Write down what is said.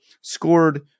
scored